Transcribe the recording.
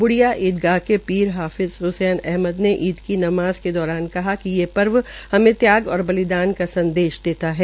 ब्डिया ईदगाह के पीर हाफिज़ हसैन अहमद ने ईद की नमाज़ के दौरान कहा कि ये पर्व हमे त्याग और बलिदान का संदेश देता है